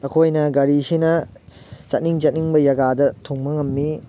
ꯑꯈꯣꯏꯅ ꯒꯥꯔꯤꯁꯤꯅ ꯆꯠꯅꯤꯡ ꯆꯠꯅꯤꯡꯕ ꯖꯒꯥꯗ ꯊꯨꯡꯕ ꯉꯝꯃꯤ